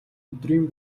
өдрийн